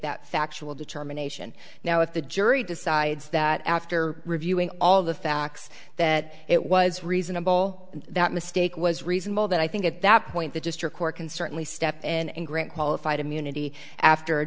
factual determination now if the jury decides that after reviewing all the facts that it was reasonable that mistake was reasonable then i think at that point the district court can certainly step in and grant qualified immunity after a